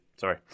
sorry